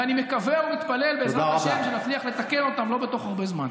ואני מקווה ומתפלל בעזרת השם שנצליח לתקן אותם לא בתוך הרבה זמן.